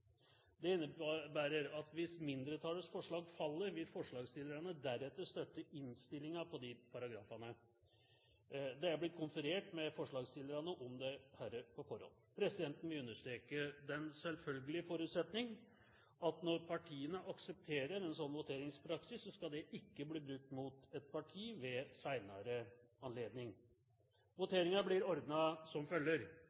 Dette innebærer at hvis mindretallets forslag faller, vil forslagsstillerne deretter støtte innstillingen på disse paragrafene. Det er blitt konferert med forslagsstillerne om dette på forhånd. Presidenten vil understreke den selvfølgelige forutsetning at når partiene aksepterer en slik voteringspraksis, skal dette ikke bli brukt mot et parti ved